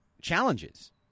challenges